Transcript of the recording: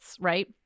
right